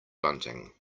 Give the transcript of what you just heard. bunting